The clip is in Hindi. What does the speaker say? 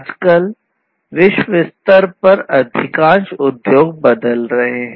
आजकल विश्व स्तर पर अधिकांश उद्योग बदल रहे हैं